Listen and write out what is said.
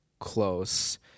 close